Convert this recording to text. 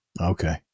Okay